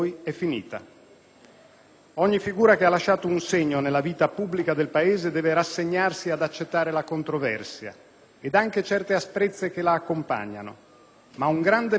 Ogni figura che ha lasciato un segno nella vita pubblica del Paese deve rassegnarsi ad accettare la controversia ed anche certe asprezze che la accompagnano; ma un grande Paese, a sua volta,